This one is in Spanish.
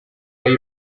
ahí